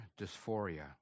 dysphoria